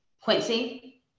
Quincy